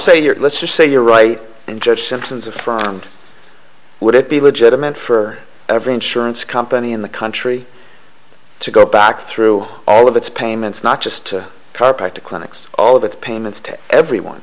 say you're let's just say you're right and judge simpson's affirmed would it be legitimate for every insurance company in the country to go back through all of its payments not just car park to clinics all of its payments to everyone